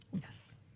Yes